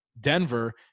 Denver